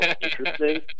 interesting